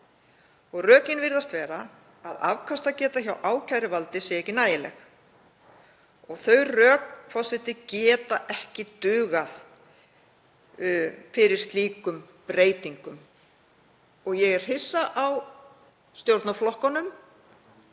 Rökin virðast vera að afkastageta hjá ákæruvaldi sé ekki nægileg en þau rök, forseti, geta ekki dugað fyrir slíkum breytingum. Ég er hissa á stjórnarflokkunum